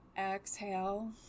exhale